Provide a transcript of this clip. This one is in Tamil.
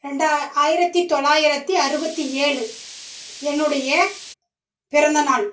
ரெண்டா ஆயிரத்து தொள்ளாயிரத்து அறுபத்தி ஏழு என்னுடைய பிறந்த நாள்